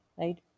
Right